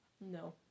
No